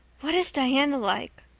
what is diana like?